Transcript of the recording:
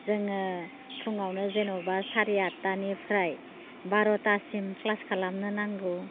जोङो फुङावनो जेन'बा साराइ आतथानिफ्राय बार'थासिम क्लास खालामनो नांगौ